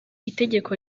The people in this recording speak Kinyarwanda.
itegeko